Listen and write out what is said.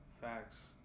Facts